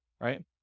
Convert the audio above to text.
right